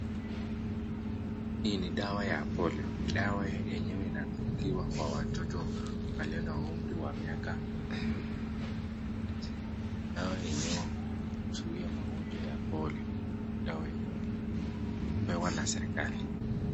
Hii ni dawa ya polio, dawa hii inadungiwa kwa watoto walio na umri wa miaka miwili na kuenda chini , dawa yenyewe huzuia magonjwa ya polio, dawa yenyewe hupewa na serikali.